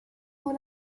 con